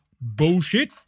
bullshit